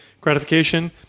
gratification